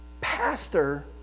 pastor